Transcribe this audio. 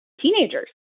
teenagers